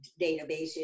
databases